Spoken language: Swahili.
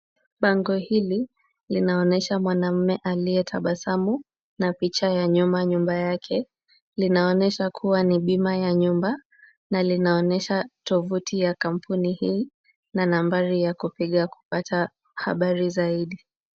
Bango hili linaonyesha mwanaume aliyetabasamu na picha ya nyuma nyumba yake. Linaonyesha kuwa ni bima ya nyumba na linaonyesha tovuti ya kampuni hii na nambari ya kupiga kupata habari zaidi.